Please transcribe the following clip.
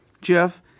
Jeff